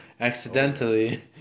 accidentally